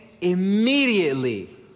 immediately